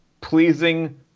pleasing